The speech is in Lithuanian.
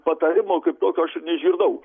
patarimo kaip tokio aš ir neišgirdau